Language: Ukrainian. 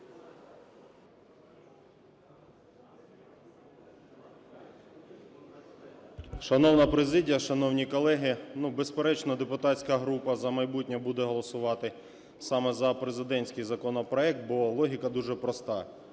Шановна президія, шановні колеги, ну, безперечно, депутатська група "За майбутнє" буде голосувати саме за президентський законопроект, бо логіка дуже проста.